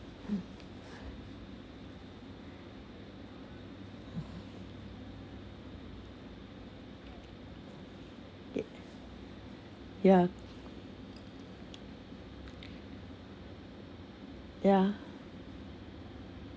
yeah yeah